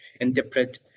interpret